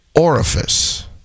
orifice